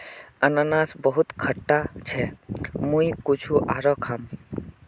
अनन्नास बहुत खट्टा छ मुई कुछू आरोह खाम